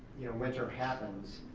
you know, winter happens,